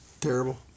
terrible